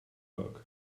work